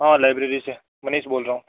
हाँ लाइब्रेरी से मनीष बोल रहा हूँ